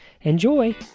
Enjoy